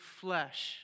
flesh